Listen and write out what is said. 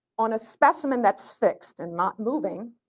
on a specimen that's fixed and not moving,